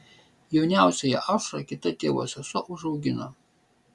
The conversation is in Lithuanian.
jauniausiąją aušrą kita tėvo sesuo užaugino